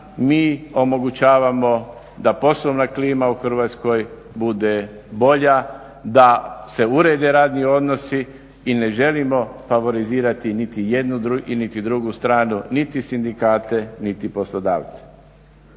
mi omogućavamo da poslovna klima u Hrvatskoj bude bolja, da se urede radni odnosi i ne želimo favorizirati niti jednu, niti drugu stranu, niti sindikate, niti poslodavce.